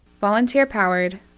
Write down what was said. Volunteer-powered